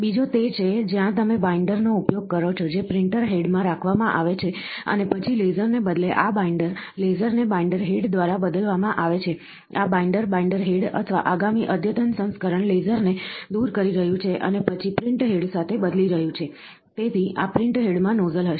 બીજો તે છે જ્યાં તમે બાઈન્ડરનો ઉપયોગ કરો છો જે પ્રિન્ટર હેડમાં રાખવામાં આવે છે અને પછી લેસરને બદલે આ બાઈન્ડર લેસરને બાઈન્ડર હેડ દ્વારા બદલવામાં આવે છે આ બાઈન્ડર બાઈન્ડર હેડ અથવા આગામી અદ્યતન સંસ્કરણ લેસરને દૂર કરી રહ્યું છે અને પછી પ્રિન્ટ હેડ સાથે બદલી રહ્યું છે તેથી આ પ્રિન્ટ હેડમાં નોઝલ હશે